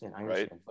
right